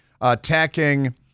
attacking